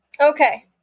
Okay